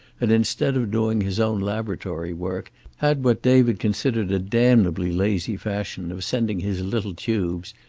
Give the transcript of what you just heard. and instead of doing his own laboratory work had what david considered a damnably lazy fashion of sending his little tubes,